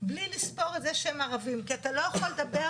בלי לספור את זה שהם ערבים, אתה לא יכול לדבר